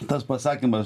tas pasakymas